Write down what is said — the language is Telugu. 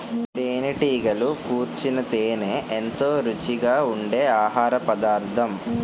తేనెటీగలు కూర్చిన తేనే ఎంతో రుచిగా ఉండె ఆహారపదార్థం